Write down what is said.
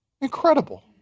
Incredible